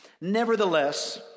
Nevertheless